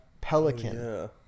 pelican